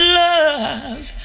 love